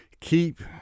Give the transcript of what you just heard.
keep